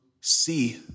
see